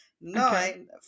nine